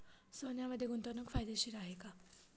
सोन्यामध्ये गुंतवणूक फायदेशीर आहे का?